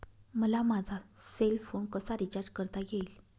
मला माझा cell phone कसा रिचार्ज करता येईल?